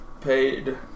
paid